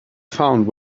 found